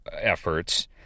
efforts